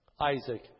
Isaac